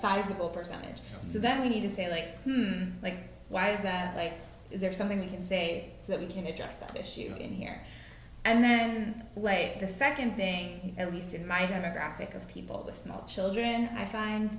people percentage so that we need to say like like why is that like is there something you can say that we can address the issue in here and then the way the second thing at least in my demographic of people the small children i find